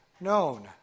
known